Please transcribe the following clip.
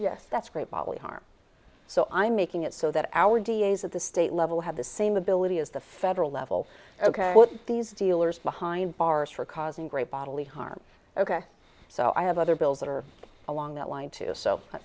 yes that's great bodily harm so i'm making it so that our d a s at the state level have the same ability as the federal level ok these dealers behind bars for causing great bodily harm ok so i have other bills that are along that line too so